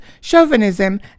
chauvinism